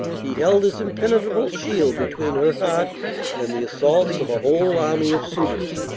he held his impenetrable shield between her heart and the assaults of a whole army of suitors,